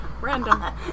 random